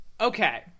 okay